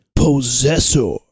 Possessor